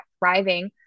thriving